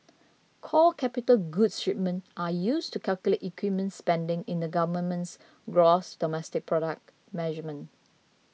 core capital goods shipment are used to calculate equipment spending in the government's gross domestic product measurement